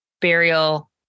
burial